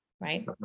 right